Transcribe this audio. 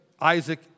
Isaac